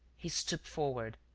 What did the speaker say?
he stooped forward.